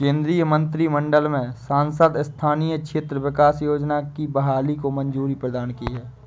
केन्द्रीय मंत्रिमंडल ने सांसद स्थानीय क्षेत्र विकास योजना की बहाली को मंज़ूरी प्रदान की है